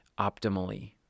optimally